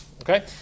okay